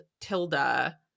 Tilda